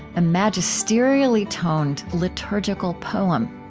a magisterially toned liturgical poem.